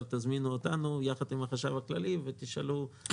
תזמינו אותי ביחד עם החשב הכללי ותשאלו האם הצוות סיים את עבודתו.